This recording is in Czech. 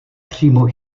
přímo